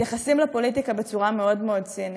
מתייחסים לפוליטיקה בצורה מאוד מאוד צינית.